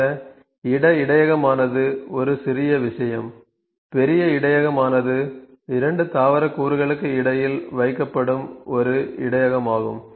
ஆக இட இடையகமானது ஒரு சிறிய விஷயம் பெரிய இடையகமானது 2 தாவரக் கூறுகளுக்கு இடையில் வைக்கப்படும் ஒரு இடையகமாகும்